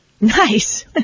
nice